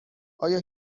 آیا